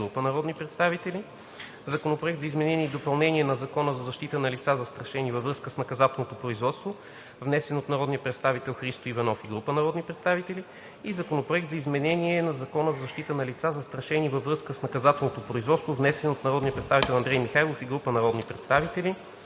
„Законопроект за изменение и допълнение на Закона за защита на лица, застрашени във връзка с наказателно производство, внесен от народния представител Христо Иванов и група народни представители“. „Законопроект за изменение на Закона за защита на лица, застрашени във връзка с наказателно производство, внесен от народния представител Андрей Михайлов и група народни представители“.